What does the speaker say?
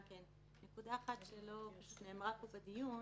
נקודה אחת שלא נאמרה פה בדיון